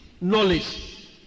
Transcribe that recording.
Knowledge